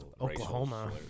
Oklahoma